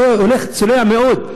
זה הולך צולע מאוד.